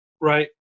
right